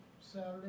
Saturday